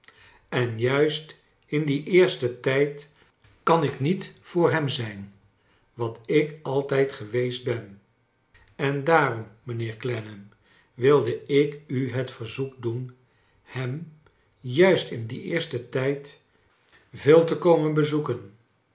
en juist in dien eersten tijd kan ik niet voor hem zijn wat ik altijd geweest ben en daarom mijnheer clennam wilde ik u het verzoek doen hem juist in dien eersten tijd veel te komen bezoeken